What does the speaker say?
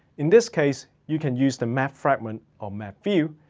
in this case, you can use to map fragment, or map view,